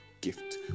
gift